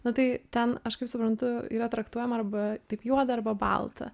na tai ten aš kaip suprantu yra traktuojama arba tik juoda arba balta